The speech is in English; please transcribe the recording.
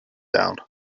down